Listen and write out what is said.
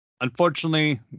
unfortunately